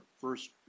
first